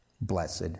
Blessed